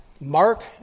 Mark